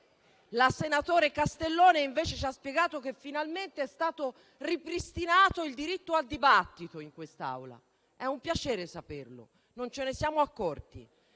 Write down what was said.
La senatrice Castellone invece ci ha spiegato che finalmente è stato ripristinato il diritto al dibattito in questa Aula; è un piacere saperlo, non ce ne siamo accorti.